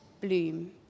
bloom